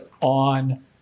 on